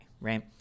right